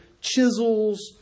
chisels